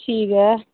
ठीक ऐ